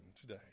today